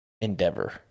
endeavor